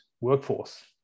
workforce